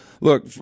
Look